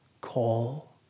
call